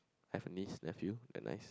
I have a niece nephew and